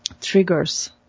triggers